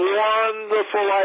wonderful